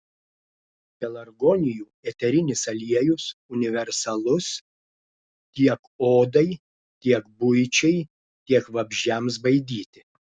pelargonijų eterinis aliejus universalus tiek odai tiek buičiai tiek vabzdžiams baidyti